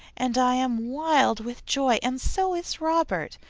and i am wild with joy, and so is robert.